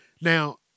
Now